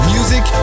Music